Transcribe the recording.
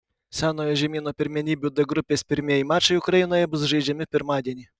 senojo žemyno pirmenybių d grupės pirmieji mačai ukrainoje bus žaidžiami pirmadienį